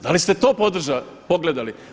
Da li ste to pogledali?